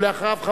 ואחריו,